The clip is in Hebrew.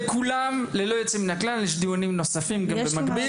לכולם ללא יוצא מהכלל יש דיונים נוספים במקביל.